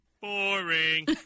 boring